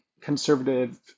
conservative